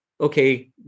okay